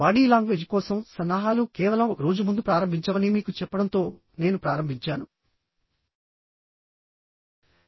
body language కోసం సన్నాహాలు కేవలం ఒక రోజు ముందు ప్రారంభించవని మీకు చెప్పడంతో నేను ప్రారంభించాను